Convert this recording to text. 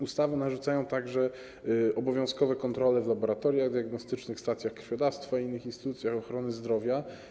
Ustawy narzucają także obowiązkowe kontrole w laboratoriach diagnostycznych, stacjach krwiodawstwa i innych instytucjach ochrony zdrowia.